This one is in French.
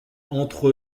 entre